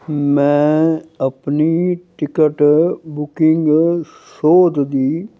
ਮੈਂ ਆਪਣੀ ticket booking ਸੋਧ ਦੀ